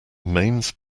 mains